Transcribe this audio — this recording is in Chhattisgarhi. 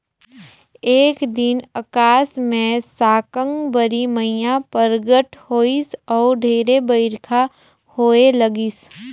एक दिन अकास मे साकंबरी मईया परगट होईस अउ ढेरे बईरखा होए लगिस